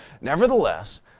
Nevertheless